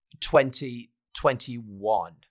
2021